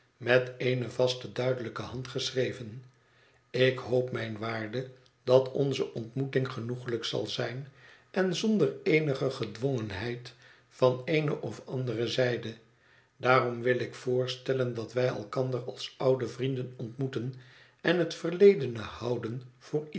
met eene vaste duidelijke hand geschreven ik hoop mijn waarde dat onze ontmoeting genoeglijk zal zijn en zonder eenige gedwongenheid van eene of andere zijde daarom wil ik voorstellen dat wij elkander als oude vrienden ontmoeten en het verleden e houden